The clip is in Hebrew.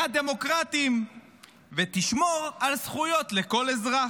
הדמוקרטיים ותשמור על זכויות כל אזרחיה.